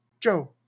Joe